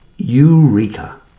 Eureka